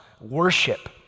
worship